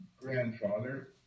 grandfather